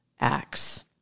acts